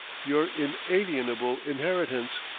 your inalienable inheritance!